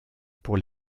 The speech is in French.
pour